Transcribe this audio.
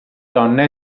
donna